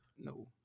no